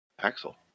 Axel